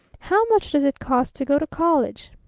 how much does it cost to go to college